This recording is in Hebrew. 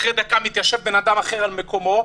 אחרי דקה מתיישב בן אדם אחר על מקומו,